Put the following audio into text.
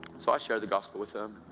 so i share the gospel with him.